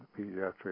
pediatric